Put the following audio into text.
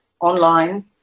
online